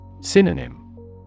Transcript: Synonym